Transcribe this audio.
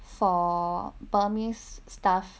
for burmese stuff